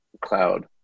cloud